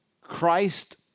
Christ